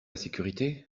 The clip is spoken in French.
sécurité